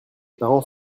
parents